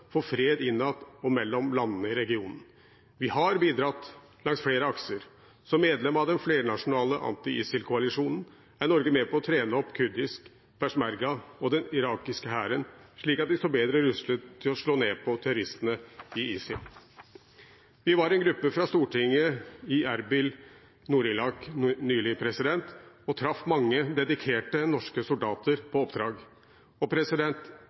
for fred innad i og mellom landene i regionen. Vi har bidratt langs flere akser. Som medlem av den flernasjonale anti-ISIL-koalisjonen er Norge med på å trene opp kurdisk peshmerga og den irakiske hæren, slik at de står bedre rustet til å slå ned på terroristene i ISIL. Vi var en gruppe fra Stortinget i Erbil i Nord-Irak nylig og traff mange dedikerte norske soldater på oppdrag. Jeg vil berømme deltakelsen og